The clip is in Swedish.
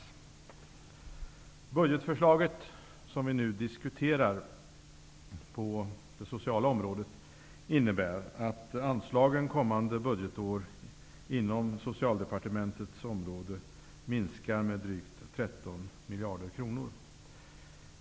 Det budgetförslag som vi nu diskuterar innebär att anslagen inom socialdepartementets område kommande budgetår minskar med drygt 13 miljarder kronor.